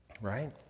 Right